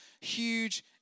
huge